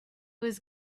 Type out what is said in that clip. was